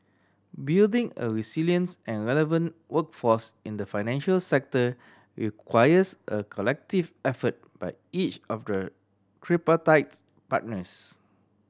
building a resilience and relevant workforce in the financial sector requires a collective effort by each of the tripartite partners